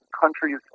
countries